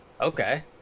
Okay